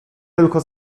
tylko